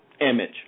image